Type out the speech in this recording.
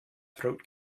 throat